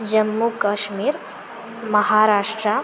Jammu Kashmir Maharashtra